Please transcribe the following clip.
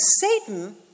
Satan